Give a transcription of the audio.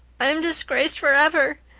i'm disgraced forever.